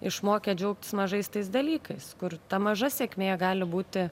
išmokė džiaugtis mažais tais dalykais kur ta maža sėkmė gali būti